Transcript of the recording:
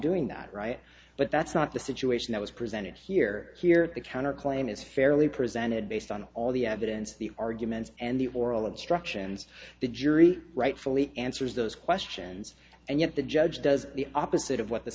doing that right but that's not the situation that was presented here here at the counter claim is fairly presented based on all the evidence the arguments and the oral instructions the jury rightfully answers those questions and yet the judge does the opposite of what the